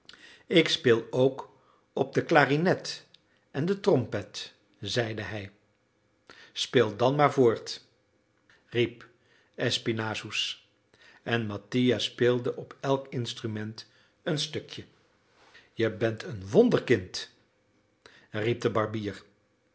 ik speel ook op de klarinet en de trompet zeide hij speel dan maar voort riep espinassous en mattia speelde op elk instrument een stukje je bent een wonderkind riep de barbier